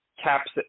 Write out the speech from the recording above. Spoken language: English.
Caps